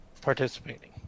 participating